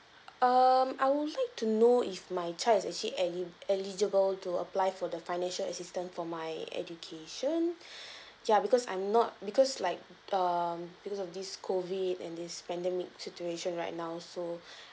um I would like to know if my child is actually eli~ eligible to apply for the financial assistance for my education ya because I'm not because like um because of this COVID and this pandemic situation right now so